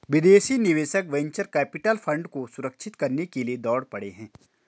विदेशी निवेशक venture capital fund को सुरक्षित करने के लिए दौड़ पड़े हैं